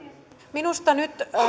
minusta nyt